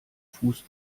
fuß